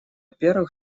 первых